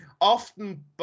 often